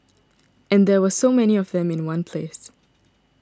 and there were so many of them in one place